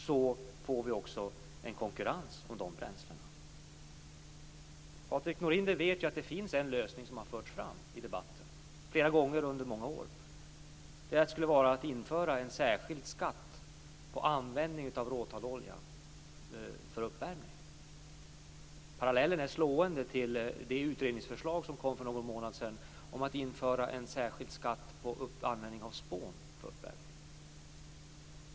Då får vi också en konkurrens om de bränslena. Patrik Norinder vet att det finns en lösning som förts fram i debatten flera gånger under många år. Det skulle vara att införa en särskild skatt på användning av råtallolja för uppvärmning. Parallellen är slående till det utredningsförslag som kom för någon månad sedan om att införa en särskild skatt på användning av spån för uppvärmning.